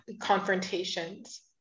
confrontations